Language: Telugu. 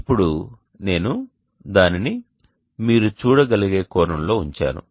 ఇప్పుడు నేను దానిని మీరు చూడగలిగే కోణంలో ఉంచాను